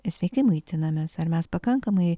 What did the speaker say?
sveikai maitinamės ar mes pakankamai